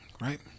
Right